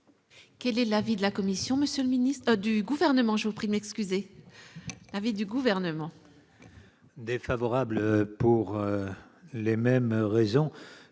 Quel est l'avis du Gouvernement ?